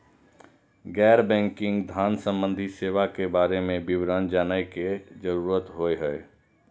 गैर बैंकिंग धान सम्बन्धी सेवा के बारे में विवरण जानय के जरुरत होय हय?